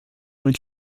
when